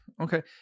okay